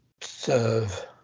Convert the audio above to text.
serve